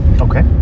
Okay